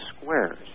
squares